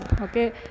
okay